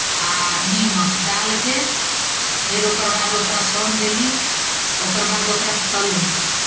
आ निमक डालि कऽ फेर ओकर बाद ओकरा सानि देली ओकर बाद ओकरा तलली